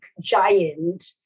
giant